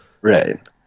Right